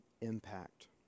impact